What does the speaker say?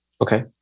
Okay